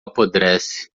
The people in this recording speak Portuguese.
apodrece